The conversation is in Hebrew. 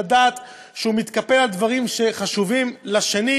אחד צריך לדעת שהוא מתקפל על דברים שחשובים לשני,